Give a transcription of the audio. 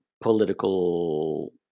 political